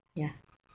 yeah